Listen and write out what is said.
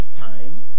time